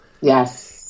yes